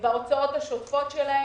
בהוצאות השוטפות שלהם.